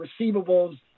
receivables